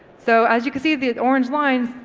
so as you can see the orange lines,